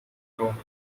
rome